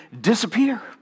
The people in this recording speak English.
disappear